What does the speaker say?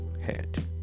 Head